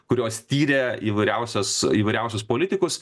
kurios tyrė įvairiausias įvairiausius politikus